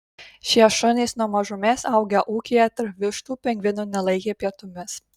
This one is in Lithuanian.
šie šunys nuo mažumės augę ūkyje tarp vištų pingvinų nelaikė pietumis